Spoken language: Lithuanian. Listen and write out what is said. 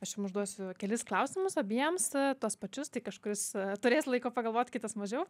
aš jum užduosiu kelis klausimus abiems tuos pačius tai kažkuris turės laiko pagalvot kitas mažiau